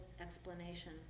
explanation